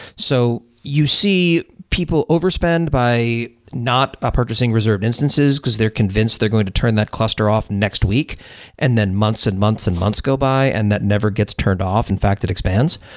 so you see people overspend by not ah purchasing reserved instances, because they're convinced they're going to turn that cluster off next week and then months and months and months go by and that never gets turned off. in fact, it expands.